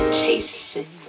chasing